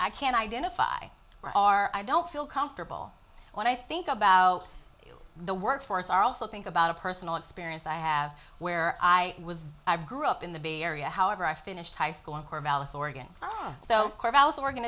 i can identify where are i don't feel comfortable when i think about you the workforce are also think about a personal experience i have where i was i grew up in the bay area however i finished high school in corvallis oregon so corvallis oregon